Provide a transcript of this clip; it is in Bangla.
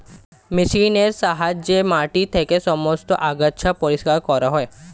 মেশিনের সাহায্যে মাটি থেকে সমস্ত আগাছা পরিষ্কার করা হয়